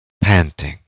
panting